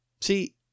See